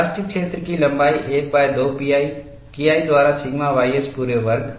plastic क्षेत्र की लंबाई 12 pi KI द्वारा सिग्मा ys पूरे वर्ग